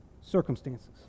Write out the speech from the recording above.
circumstances